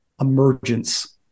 emergence